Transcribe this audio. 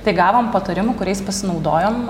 tai gavom patarimų kuriais pasinaudojom